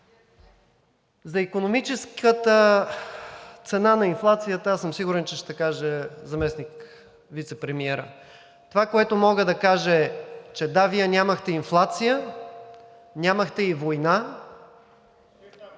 За икономическата цена на инфлацията, аз съм сигурен, че ще каже вицепремиерът. Това, което мога да кажа, е, че да, Вие нямахте инфлация, нямахте и война.